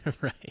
Right